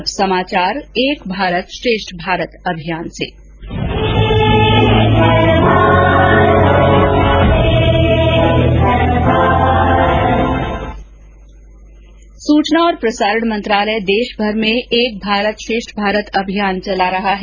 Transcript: और अब समाचार एक भारत श्रेष्ठ भारत अभियान से सूचना और प्रसारण मंत्रालय देशभर में एक भारत श्रेष्ठ भारत अभियान चला रहा है